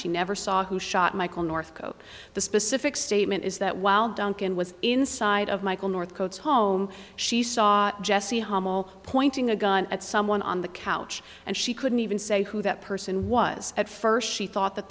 she never saw who shot michael northcott the specific statement is that while duncan was inside of michael north coats home she saw jessie hummel pointing a gun at someone on the couch and she couldn't even say who that person was at first she thought that